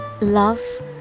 love